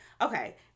Okay